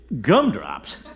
Gumdrops